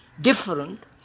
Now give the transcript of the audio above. different